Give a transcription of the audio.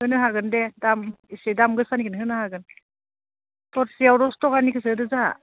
होनो हागोन दे दाम इसे दाम गोसानिखौनो होनो हागोन थरसेयाव दस ताकानिखौसो होदों जोंहा